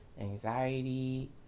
anxiety